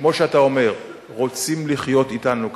שכמו שאתה אומר רוצים לחיות אתנו כאן,